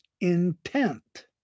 intent